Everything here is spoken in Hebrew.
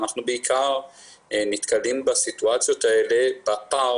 אנחנו בעיקר נתקלים בסיטואציות האלה בפער